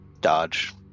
dodge